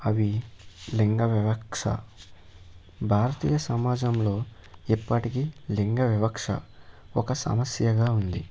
అవి లింగ వివక్ష భారతీయ సమాజంలో ఇప్పటికీ లింగ వివక్ష ఒక సమస్యగా ఉంది